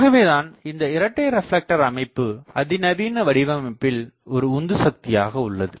ஆகவே தான் இந்த இரட்டை ரெப்லெக்டர் அமைப்பு அதிநவீன வடிவமைப்பில் ஒரு உந்துசக்தியாக உள்ளது